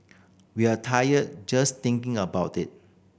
we're tired just thinking about it